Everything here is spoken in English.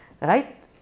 right